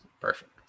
perfect